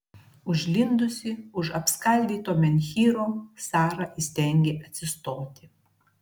užlindusi už apskaldyto menhyro sara įstengė atsistoti